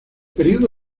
periodo